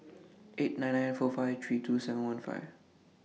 eight nine nine four five three two seven one five